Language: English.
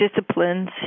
disciplines